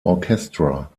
orchestra